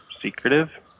secretive